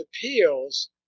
Appeals